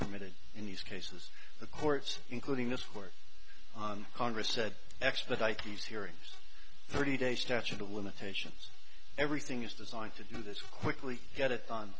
committed in these cases the courts including this work on congress said actually that ickes hearings thirty days statute of limitations everything is designed to do this quickly get it on